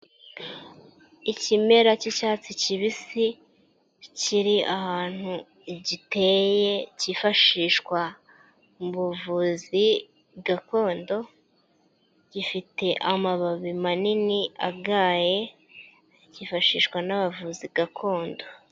Ikimera cy'icyatsi kibisi kiri ahantu giteye cyifashishwa mu buvuzi gakondo, gifite amababi manini agaye cyifashishwa n'abavuzi gakondo.